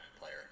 player